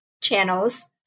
channels